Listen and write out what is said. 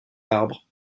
arbres